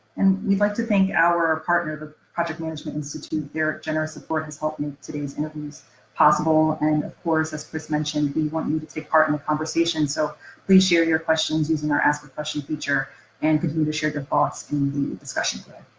and we'd like to thank our partner, the project management institute. their generous support has helped make today's interviews possible, and of course, as chris mentioned, we want you to take part in the conversation, so please share your questions using our ask a question feature and continue to share your thoughts in the discussion thread.